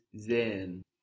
Zen